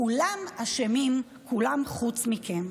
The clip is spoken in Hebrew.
כולם אשמים, כולם חוץ מכם.